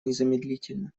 незамедлительно